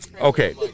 Okay